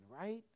right